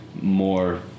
more